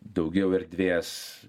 daugiau erdvės